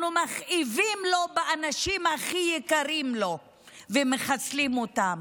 אנחנו מכאיבים לו באנשים הכי יקרים לו ומחסלים אותם.